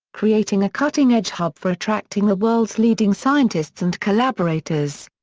creating a cutting-edge hub for attracting the world's leading scientists and collaborators.